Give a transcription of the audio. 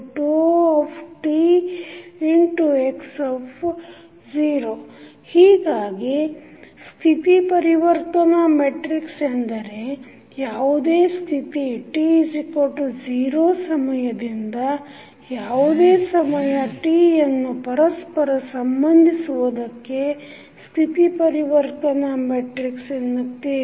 xtφtx0 ಹೀಗಾಗಿ ಸ್ಥಿತಿ ಪರಿವರ್ತನಾ ಮೆಟ್ರಿಕ್ ಎಂದರೆ ಯಾವುದೇ ಸ್ಥಿತಿ t0 ಸಮಯದಿಂದ ಯಾವುದೇ ಸಮಯ t ಯನ್ನು ಪರಸ್ಪರ ಸಂಬಂಧಿಸುವುದಕ್ಕೆ ಸ್ಥಿತಿ ಪರಿವರ್ತನಾ ಮೆಟ್ರಿಕ್ಸ್ ಎನ್ನುತ್ತೇವೆ